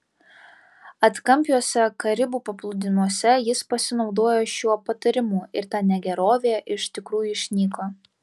atkampiuose karibų paplūdimiuose jis pasinaudojo šiuo patarimu ir ta negerovė iš tikrųjų išnyko